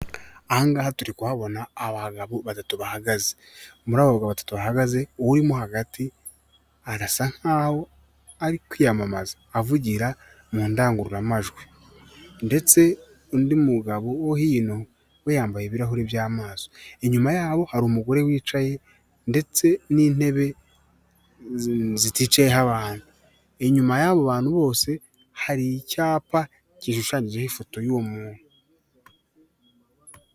Icyapa cyamamaza inzoga ya AMSTEL, hariho icupa ry'AMSTEL ripfundikiye, hakaba hariho n'ikirahure cyasutswemo inzoga ya AMSTEL, munsi yaho hari imodoka ikindi kandi hejuru yaho cyangwa k'uruhande rwaho hari inzu. Ushobora kwibaza ngo AMSTEL ni iki? AMSTEL ni ubwoko bw'inzoga busembuye ikundwa n'abanyarwanada benshi, abantu benshi bakunda inzoga cyangwa banywa inzoga zisembuye, bakunda kwifatira AMSTEL.